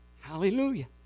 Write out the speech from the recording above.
Hallelujah